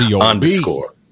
underscore